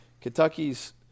Kentucky's